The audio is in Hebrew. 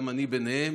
וגם אני ביניהם.